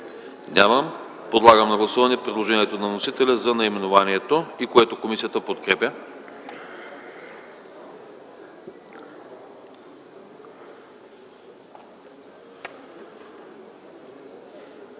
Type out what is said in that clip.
Няма. Подлагам на гласуване предложението на вносителя за наименованието, което комисията подкрепя.